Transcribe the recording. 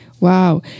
Wow